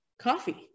coffee